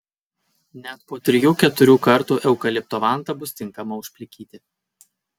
net po trijų keturių kartų eukalipto vanta bus tinkama užplikyti